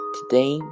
Today